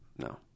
no